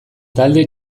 talde